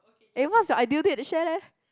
eh what's your ideal date share leh